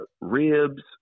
ribs